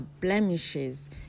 blemishes